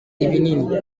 ibinini